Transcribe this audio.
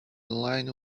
line